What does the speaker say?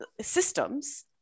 systems